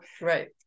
right